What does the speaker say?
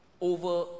over